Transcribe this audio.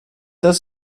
das